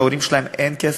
להורים שלהם אין כסף?